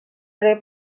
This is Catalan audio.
era